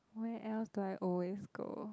where else do I always go